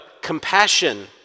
compassion